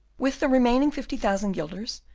with the remaining fifty thousand guilders,